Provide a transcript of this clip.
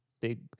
big